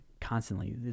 constantly